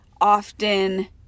often